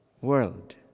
world